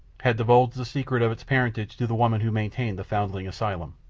had divulged the secret of its parentage to the woman who maintained the foundling asylum.